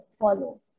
follow